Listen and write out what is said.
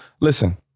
Listen